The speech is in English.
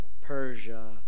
Persia